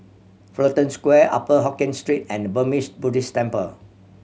Fullerton Square Upper Hokkien Street and Burmese Buddhist Temple